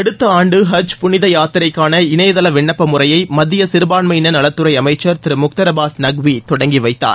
அடுத்த ஆண்டு ஹஜ் புனித யாத்திரைக்கான இணையதள விண்ணப்ப முறையை மத்திய சிறுபான்மையின நலத்துறை அமைச்சர் திரு முக்தர் அப்பாஸ் நக்வி தொடங்கிவைத்தார்